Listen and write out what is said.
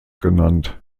genannt